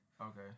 Okay